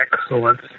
excellence